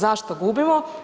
Zašto gubimo?